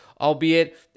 albeit